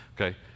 Okay